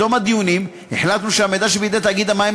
בתום הדיונים החלטנו שהמידע שבידי תאגידי המים